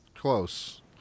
close